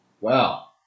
Wow